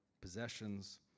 possessions